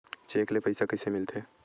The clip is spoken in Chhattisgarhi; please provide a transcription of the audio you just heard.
चेक ले पईसा कइसे मिलथे?